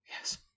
yes